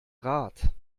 rat